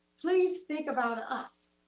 please think about us.